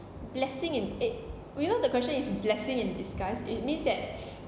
blessing in eh you know the question is blessing in disguise it means that